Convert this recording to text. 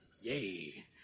Yay